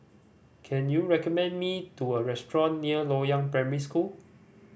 can you recommend me to a restaurant near Loyang Primary School